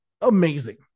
amazing